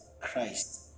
Christ